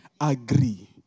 agree